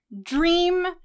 dream